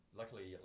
luckily